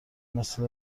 مثل